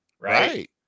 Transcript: right